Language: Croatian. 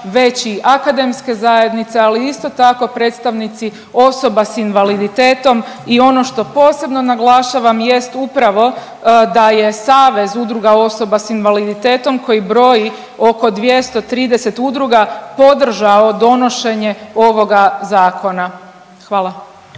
već i akademske zajednice, ali isto tako predstavnici osoba s invaliditetom i ono što posebno naglašavam jest upravo da je Savez udruga osoba s invaliditetom koji broji oko 230 udruga podržao donošenje ovoga Zakona. Hvala.